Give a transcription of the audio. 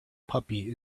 puppy